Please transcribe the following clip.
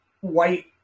white